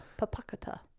Papakata